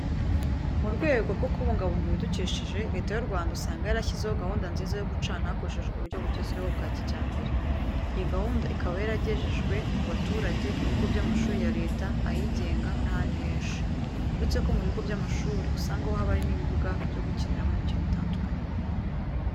Mu rwego rwo kubungabunga ibidukikije, Leta y'u Rwanda usanga yarashyizeho gahunda nziza yo gucana hakoreshejwe uburyo bugezweho bwa kijyambere. Iyi gahunda ikaba yaragejejwe ku baturage, ibigo by'amashuri ya Leta, ayigenga n'ahandi henshi . Uretse ko mu bigo by'amashuri usanga ho haba hari n'ibibuga byo gukiniramo imikino itandukanye.